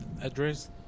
address